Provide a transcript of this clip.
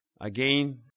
again